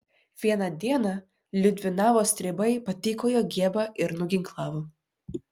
vieną dieną liudvinavo stribai patykojo giebą ir nuginklavo